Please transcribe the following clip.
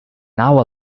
hour